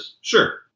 sure